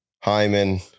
Hyman